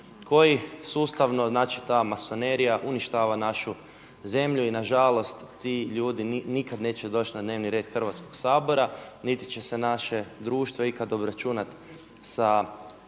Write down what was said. koji sustavno znači ta masonerija uništava našu zemlju i nažalost ti ljudi nikad neće doći na dnevni red Hrvatskoga sabora niti će se naše društvo ikada obračunati sa